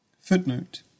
Footnote